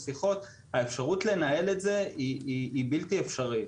האפשרות לנהל את זה היא בלתי אפשרית.